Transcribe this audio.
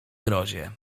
grozie